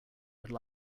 could